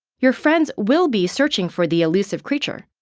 your friends will be searching for the elusive creature,